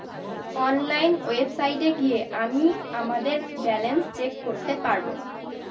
online ওয়েবসাইটে গিয়ে আমিই আমাদের ব্যালান্স চেক করতে পারবো